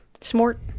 Smart